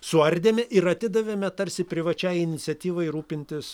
suardėme ir atidavėme tarsi privačiai iniciatyvai rūpintis